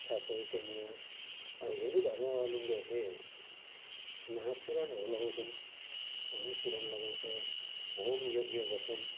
साथसाथै त्यहाँनिर अब हिन्दु धर्मावलम्बीहरूले महापुराणहरू लगाउँछन् होइन पुराण लगाउँछ होम यज्ञ गर्छन्